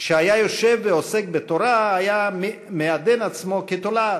"כשהיה יושב ועוסק בתורה היה מעדן עצמו כתולעת,